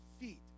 feet